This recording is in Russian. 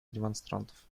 демонстрантов